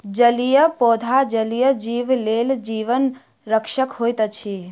जलीय पौधा जलीय जीव लेल जीवन रक्षक होइत अछि